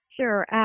Sure